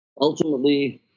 Ultimately